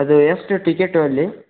ಅದು ಎಷ್ಟು ಟಿಕೇಟು ಅಲ್ಲಿ